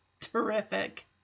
terrific